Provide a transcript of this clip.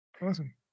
Awesome